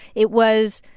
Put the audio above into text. it was,